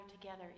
together